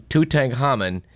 Tutankhamen